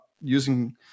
using